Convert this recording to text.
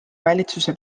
valitsuse